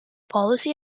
policy